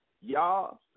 y'all